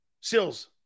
Sills